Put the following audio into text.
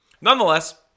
Nonetheless